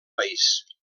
país